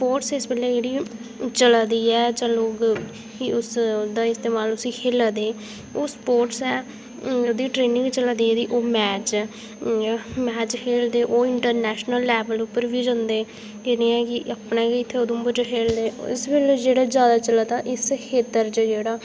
sports इस बेल्लै जेह्ड़ी चला दी ऐ जां लोग एह्दा इस्तेमाल ओह् खेढा दे ओह् स्पोर्टस ऐ ओह्दी ट्रेनिंग चला दी ऐ ओह् मैच ऐ